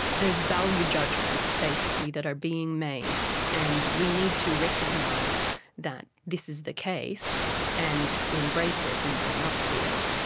there's value judgements basically that are being made and we need to recognise that this is the case and embrace it and own up to it.